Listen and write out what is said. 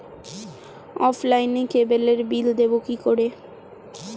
অফলাইনে ক্যাবলের বিল দেবো কি করে?